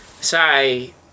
say